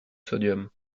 sodium